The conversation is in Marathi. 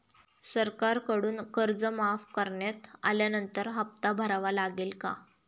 सरकारकडून कर्ज माफ करण्यात आल्यानंतर हप्ता भरावा लागेल का?